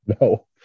No